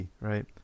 right